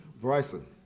Bryson